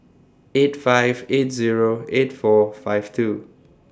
eight five eight Zero eight four five two